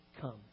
come